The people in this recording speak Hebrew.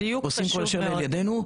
עושים כל שבידינו,